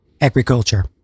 agriculture